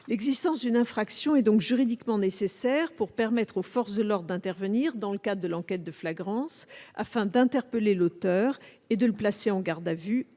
L'existence d'une infraction est donc juridiquement nécessaire pour permettre aux forces de l'ordre d'intervenir dans le cadre de l'enquête de flagrance, afin d'interpeller l'auteur et de le placer en garde à vue,